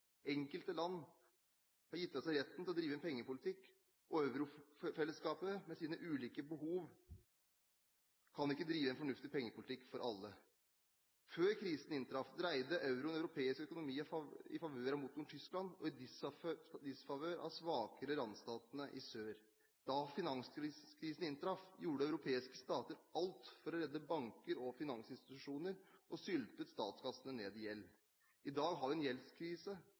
Enkelte land har gitt fra seg retten til å drive en pengepolitikk, og eurofellesskapet, med sine ulike behov, kan ikke drive en fornuftig pengepolitikk for alle. Før krisen inntraff, dreide euroen europeisk økonomi i favør av motoren Tyskland og i disfavør av de svakere randstatene i sør. Da finanskrisen inntraff, gjorde europeiske stater alt for å redde banker og finansinstitusjoner og syltet statskassene ned i gjeld. I dag har vi en gjeldskrise,